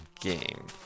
game